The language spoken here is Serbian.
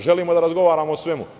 Želimo da razgovaramo o svemu.